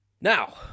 Now